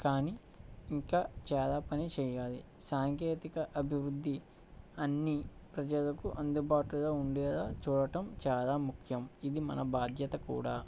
కానీ ఇంకా చాలా పని చేయాలి సాంకేతిక అభివృద్ధి అన్ని ప్రజలకు అందుబాటుగా ఉండేలా చూడటం చాలా ముఖ్యం ఇది మన బాధ్యత కూడా